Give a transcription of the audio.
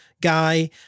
guy